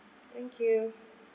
thank you